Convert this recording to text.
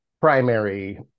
primary